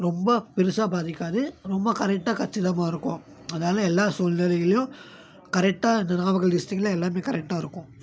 ரொம்ப பெருசாக பாதிக்காது ரொம்ப கரெக்டாக கச்சிதமாக இருக்கும் அதனால் எல்லா சூழ்நிலைகளிலும் கரெக்டாக இந்த நாமக்கல் டிஸ்ட்ரிக்கில் எல்லாம் கரெக்டாக இருக்கும்